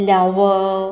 Lover